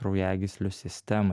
kraujagyslių sistemai